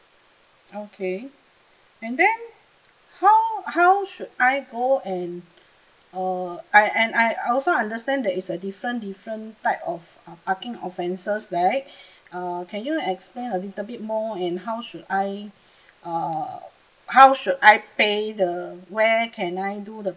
okay and then how how should I go and err I and I also understand there is a different different type of uh parking offences right err can you explain a little bit more in how should I err how should I pay the where can I do the